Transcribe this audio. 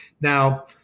Now